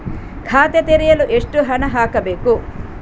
ಖಾತೆ ತೆರೆಯಲು ಎಷ್ಟು ಹಣ ಹಾಕಬೇಕು?